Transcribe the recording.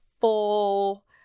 full